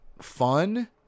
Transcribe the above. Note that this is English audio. fun